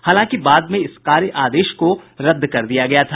हालांकि बाद में इस कार्य आदेश को रद्द कर दिया गया था